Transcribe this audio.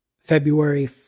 February